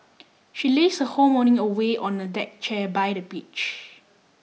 she lazed her whole morning away on a deck chair by the beach